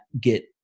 get